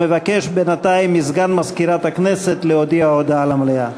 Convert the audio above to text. אני מבקש בינתיים מסגן מזכירת הכנסת להודיע הודעה למליאה.